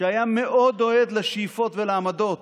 שהיה מאוד אוהד לשאיפות והעמדות